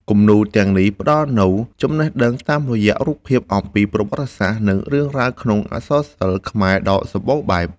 គំនូរទាំងនេះផ្ដល់នូវចំណេះដឹងតាមរយៈរូបភាពអំពីប្រវត្តិសាស្ត្រ និងរឿងរ៉ាវក្នុងអក្សរសិល្បខ្មែរដ៏សម្បូរបែប។